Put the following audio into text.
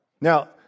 Now